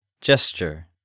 Gesture